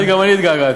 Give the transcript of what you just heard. האמת, גם אני התגעגעתי.